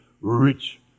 rich